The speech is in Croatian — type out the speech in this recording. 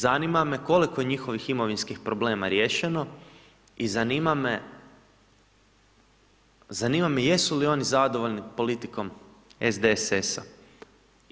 Zanima me koliko je njihovih imovinskih problema riješeno i zanima me jesu li oni zadovoljni politikom SDSS-a?